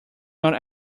not